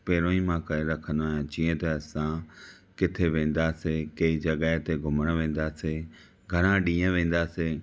पहिरीयों ई मां करे रखन्दो आहियां जीअं त असां किथे वेन्दासीं केई जॻहि ते घुमण वेन्दासीं घणा ॾींह वेन्दासि